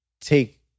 take